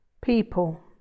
People